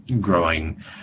growing